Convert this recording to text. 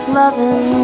loving